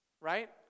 Right